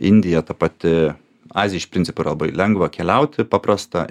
indija ta pati azija iš principo yra labai lengva keliauti paprasta